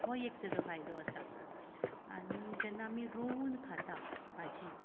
हो एक ताजो फायदो आसा आनी जेन्ना आमी रोवन खाता भाजी